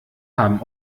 haben